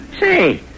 Say